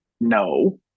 no